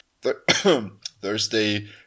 Thursday